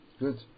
Good